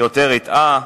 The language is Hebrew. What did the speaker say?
יותר הטעה,